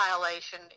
violation